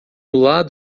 lado